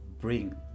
bring